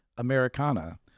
Americana